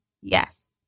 yes